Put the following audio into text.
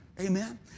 Amen